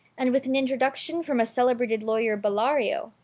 and with an in troduction from a celebrated lawyer bellario,